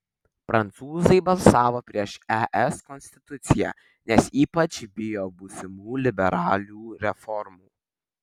prancūzai balsavo prieš es konstituciją nes ypač bijo būsimų liberalių reformų